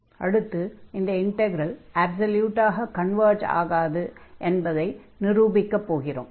அடுத்து நிரூபிக்கப் போவது இந்த இன்டக்ரல் அப்ஸல்யூட்டாக கன்வர்ஜ் ஆகாது என்பதுதான்